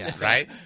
right